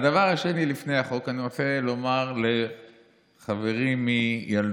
הדבר השני, לפני החוק, אני רוצה לומר לחברי מילדות